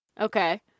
Okay